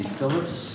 Phillips